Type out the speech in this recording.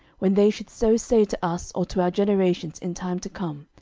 when they should so say to us or to our generations in time to come,